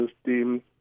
system